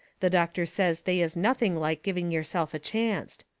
the doctor says they is nothing like giving yourself a chancet.